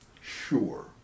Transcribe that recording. Sure